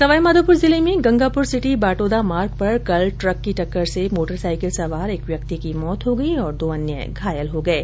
सवाईमाधोपुर जिले में गंगापुरसिटी बाटोदा मार्ग पर कल ट्रक की टक्कर से मोटरसाईकिल सवार एक व्यक्ति की मौत हो गई और दो अन्य घायल हो गये